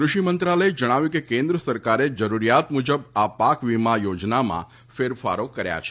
કૃષિ મંત્રાલયે જણાવ્યું છે કે કેન્દ્ર સરકારે જરૂરિયાત મુજબ આ પાક વીમા યોજનામાં ફેરફારો કર્યા છે